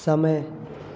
समय